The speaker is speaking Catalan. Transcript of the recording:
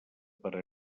per